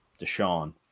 Deshaun